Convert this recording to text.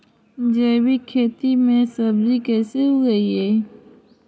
जैविक खेती में सब्जी कैसे उगइअई?